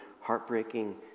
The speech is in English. heartbreaking